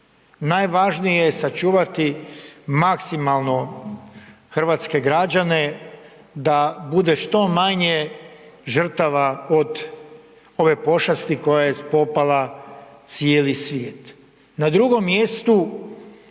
najvažnije je sačuvat maksimalno hrvatske građane da bude što manje žrtava od ove pošasti koja je spopala cijeli svijet.